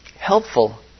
helpful